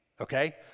okay